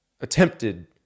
attempted